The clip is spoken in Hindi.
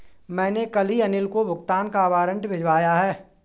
मैंने कल ही अनिल को भुगतान का वारंट भिजवाया है